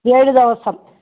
ഏഴ് ദിവസം